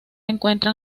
encuentran